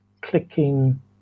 clicking